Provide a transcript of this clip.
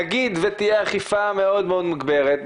נגיד ותהיה אכיפה מאוד מאוד מוגברת,